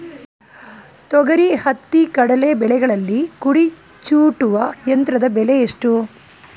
ತೊಗರಿ, ಹತ್ತಿ, ಕಡಲೆ ಬೆಳೆಗಳಲ್ಲಿ ಕುಡಿ ಚೂಟುವ ಯಂತ್ರದ ಬೆಲೆ ಎಷ್ಟು?